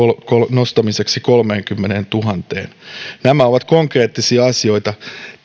kolmeenkymmeneentuhanteen nämä ovat konkreettisia asioita